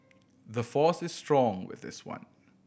the force is strong with this one